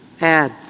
add